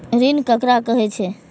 ऋण ककरा कहे छै?